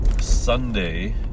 Sunday